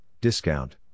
discount